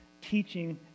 teaching